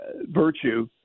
virtue